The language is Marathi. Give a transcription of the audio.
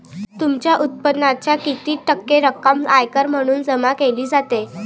तुमच्या उत्पन्नाच्या किती टक्के रक्कम आयकर म्हणून जमा केली जाते?